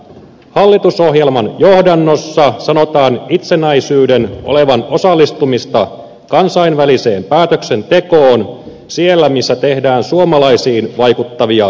hallitusohjelman johdannossa sanotaan itsenäisyyden olevan osallistumista kansainväliseen päätöksentekoon siellä missä tehdään suomalaisiin vaikuttavia päätöksiä